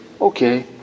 Okay